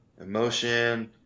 emotion